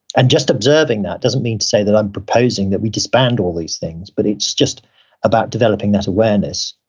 and just observing that doesn't mean to say that i'm proposing that we disband all these things, but it's just about developing that awareness,